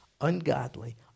ungodly